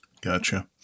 Gotcha